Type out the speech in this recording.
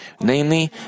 Namely